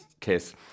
Kiss